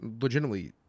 legitimately